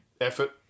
effort